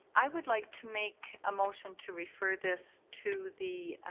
i would like to make a motion to refer this to the